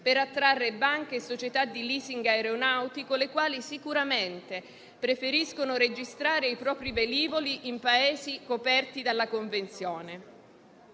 per attrarre banche e società di *leasing* aeronautico, le quali sicuramente preferiscono registrare i propri velivoli in Paesi coperti dalla Convenzione.